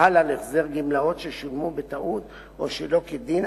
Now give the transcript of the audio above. החל על החזר גמלאות ששולמו בטעות או שלא כדין,